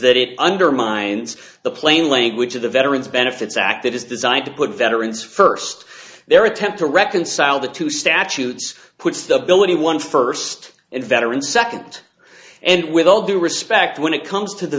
that it undermines the plain language of the veterans benefits act that is designed to put veterans first their attempt to reconcile the two statutes puts the ability one first and veterans second and with all due respect when it comes to the